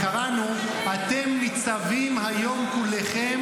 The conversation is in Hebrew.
אני לא רציתי --- קראנו: "אתם ניצבים היום כֻּלכם